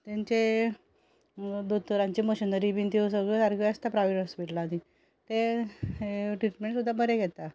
ताचें दोतोरांचें मशिनरी बी ह्यो त्यो सगल्यो सारक्यो आसता प्रायवेट हॉस्पिटलांनी ते ट्रिटमेंट सुद्दां बरे घेता